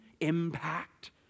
impact